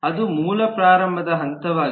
ಅದು ಮೂಲ ಪ್ರಾರಂಭದ ಹಂತವಾಗಿದೆ